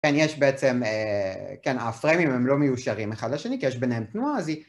כן, יש בעצם, כן, הפריימים הם לא מיושרים אחד לשני, כי יש ביניהם תנועה, אז היא...